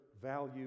Value